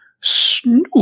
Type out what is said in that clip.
Snoop